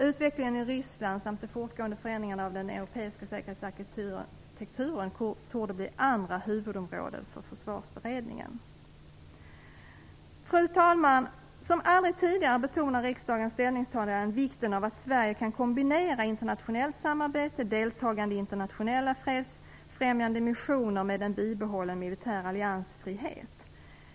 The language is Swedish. Utvecklingen i Ryssland samt de fortgående förändringarna av den europeiska säkerhetsarkitekturen torde bli andra huvudområden för Försvarsberedningen. Fru talman! Som aldrig tidigare betonar riksdagens ställningstaganden vikten av att Sverige kan kombinera internationellt samarbete och deltagandet i internationella fredsfrämjande missioner med en bibehållen militär alliansfrihet.